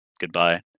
Goodbye